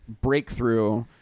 Breakthrough